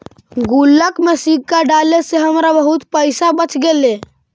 गुल्लक में सिक्का डाले से हमरा बहुत पइसा बच गेले